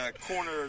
corner